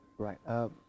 Right